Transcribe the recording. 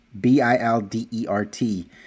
B-I-L-D-E-R-T